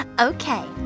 Okay